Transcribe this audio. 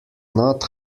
not